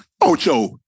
Ocho